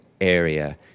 area